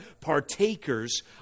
Partakers